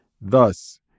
Thus